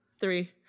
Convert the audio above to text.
three